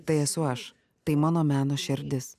tai esu aš tai mano meno šerdis